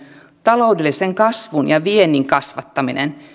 taloudellisen kasvun ja viennin kasvattaminen